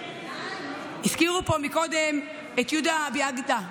הזכירו פה קודם את יהודה ביאדגה,